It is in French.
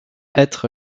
être